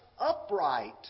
upright